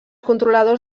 controladors